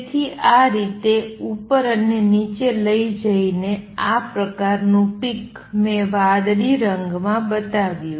તેથી આ રીતે ઉપર અને નીચે લઈ જઈને આ પ્રકારનું પિક મેં વાદળી રંગમાં બતાવ્યું